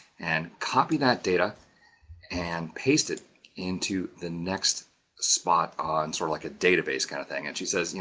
and copy that data and paste it into the next spot on sort of like a database kind of thing. and she says, you